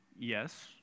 Yes